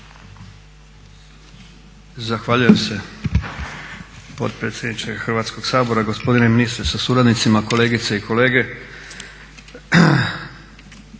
Zahvaljujem se potpredsjedniče Hrvatskoga sabora, gospodine ministre sa suradnicima, kolegice i kolege.